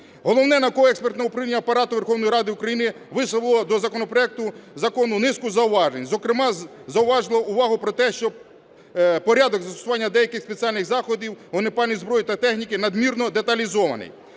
Головне науково-експертне управління Апарату Верховної Ради України висловило до проекту закону низку зауважень. Зокрема зауважило увагу про те, що порядок застосування деяких спеціальних заходів, вогнепальної зброї та техніки надмірно деталізований.